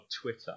Twitter